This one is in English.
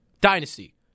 Dynasty